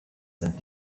sind